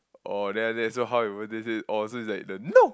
or then after that so how it went so it's like the no